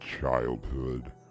Childhood